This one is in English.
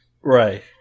Right